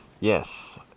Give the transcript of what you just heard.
Yes